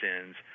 sins